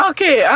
Okay